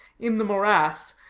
in the morass,